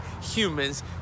humans